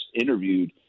interviewed